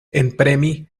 enpremi